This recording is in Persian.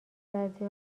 بعضی